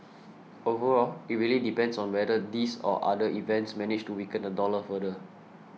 overall it really depends on whether these or other events manage to weaken the dollar further